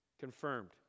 confirmed